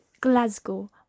Glasgow